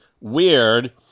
weird